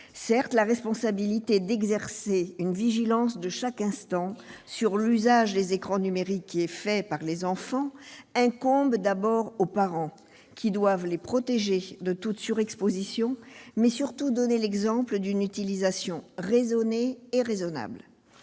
Certes, la responsabilité d'exercer une vigilance de chaque instant sur l'usage des écrans numériques qui est fait par les enfants incombe d'abord aux parents, lesquels doivent protéger leurs enfants de toute surexposition, mais surtout donner l'exemple d'une utilisation raisonnée et raisonnable.